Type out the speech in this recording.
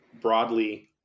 broadly